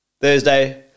Thursday